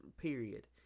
period